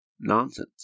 nonsense